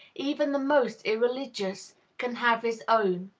even the most irreligious, can have his own?